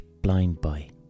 blindbuy